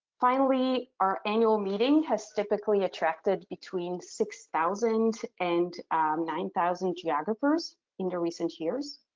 finally, our annual meeting has typically attracted between six thousand and nine thousand geographers in the recent years.